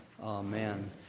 Amen